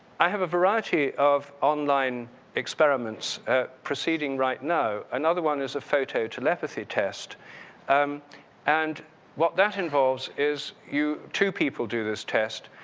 i have a variety of online experiments proceeding right now. another one is a photo telepathy test um and what that involves is you two people do this test.